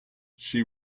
she